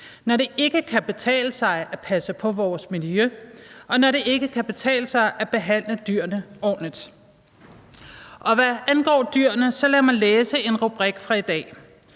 når det ikke kan betale sig at passe på vores miljø, og når det ikke kan betale sig at behandle dyrene ordentligt. Og hvad angår dyrene, lad mig læse en rubrik fra i dag